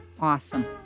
Awesome